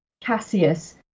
Cassius